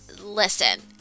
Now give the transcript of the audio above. listen